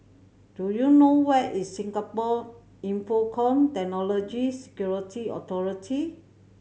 do you know where is Singapore Infocomm Technology Security Authority